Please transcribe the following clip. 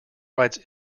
rights